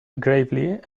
gravely